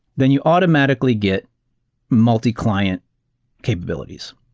then you automatically get multi-client capabilities,